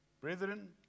Brethren